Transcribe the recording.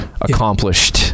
accomplished